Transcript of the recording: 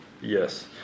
yes